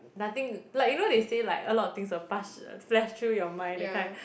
nothing like you know they say like a lot of things will pass flash through your mind that kind